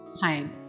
time